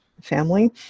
family